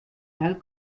tal